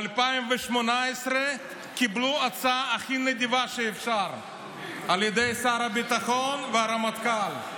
ב-2018 הם קיבלו הצעה הכי נדיבה שאפשר על ידי שר הביטחון והרמטכ"ל,